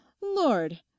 lord